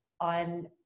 on